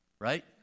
right